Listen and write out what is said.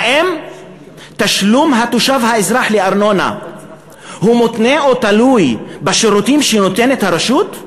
האם תשלום התושב האזרח לארנונה מותנה או תלוי בשירותים שנותנת הרשות?